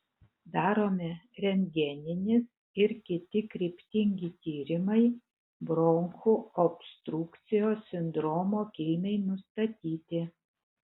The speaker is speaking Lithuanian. daromi rentgeninis ir kiti kryptingi tyrimai bronchų obstrukcijos sindromo kilmei nustatyti